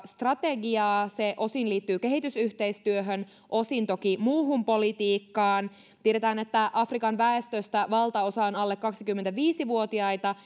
strategiaa se osin liittyy kehitysyhteistyöhön osin toki muuhun politiikkaan tiedetään että afrikan väestöstä valtaosa on alle kaksikymmentäviisi vuotiaita